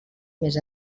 més